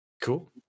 cool